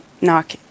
knock